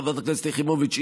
חברת הכנסת יחימוביץ,